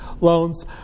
loans